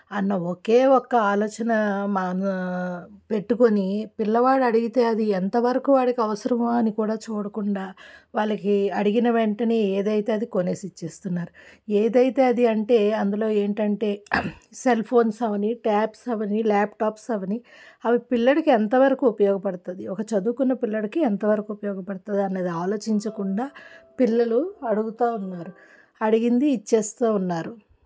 అన్న ఒకే ఒక ఆలోచన మన పెట్టుకొని పిల్లవాడు అడిగితే అది ఎంతవరకు వాడికి అవసరమో అని కూడా చూడకుండా వాళ్ళకి అడిగిన వెంటనే ఏదైతే అది కొనేసి ఇచ్చేస్తున్నారు ఏదైతే అది అంటే అందులో ఏంటంటే సెల్ఫోన్స్ అవని టాబ్స్ అవని ల్యాప్టాప్స్ అవని అవి పిల్లోడికి ఎంతవరకు ఉపయోగపడుతుంది ఒక చదువుకున్న పిల్లోడికి ఎంతవరకు ఉపయోగపడుతుంది అన్నది ఆలోచించకుండా పిల్లలు అడుగుతూ ఉన్నారు అడిగింది ఇచ్చేస్తూ ఉన్నారు